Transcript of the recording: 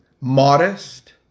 modest